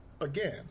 again